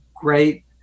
great